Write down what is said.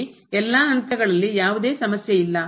ಇಲ್ಲಿ ಎಲ್ಲಾ ಹಂತಗಳಲ್ಲಿ ಯಾವುದೇ ಸಮಸ್ಯೆಯಿಲ್ಲ